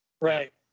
Right